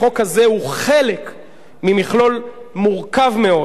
החוק הזה הוא חלק ממכלול מורכב מאוד,